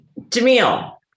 Jamil